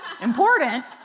important